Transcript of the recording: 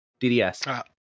DDS